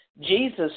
Jesus